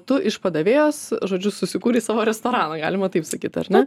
tu iš padavėjos žodžiu susikūrei savo restoraną galima taip sakyt ar ne